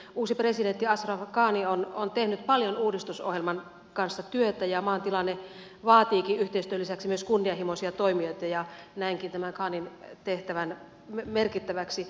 uusi presidentti ashraf ghani on tehnyt paljon uudistusohjelman kanssa työtä ja maan tilanne vaatiikin yhteistyön lisäksi myös kunnianhimoisia toimijoita ja näenkin tämän ghanin tehtävän merkittävänä